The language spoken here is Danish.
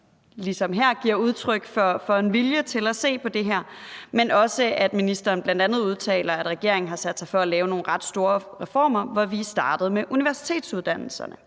ligesom her, giver udtryk for en vilje til at se på det her, men også, at ministeren bl.a. udtaler, at regeringen »har sat sig for at lave nogle ret store reformer, hvor vi er startet med universitetsuddannelserne«.